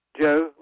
Joe